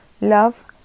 love